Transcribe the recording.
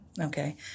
Okay